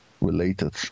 related